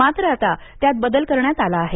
मात्र आता त्यात बदल करण्यात आला आहे